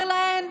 אומר להן: